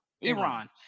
Iran